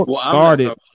started